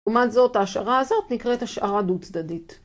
לעומת זאת ההשערה הזאת נקראת השערה דו צדדית.